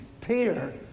Peter